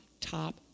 top